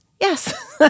Yes